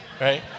right